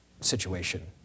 situation